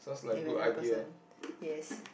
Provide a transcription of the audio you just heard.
then if I know the person yes